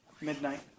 Midnight